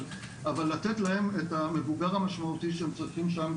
אבל לתת להם את המבוגר המשמעותי שהם צריכים שם,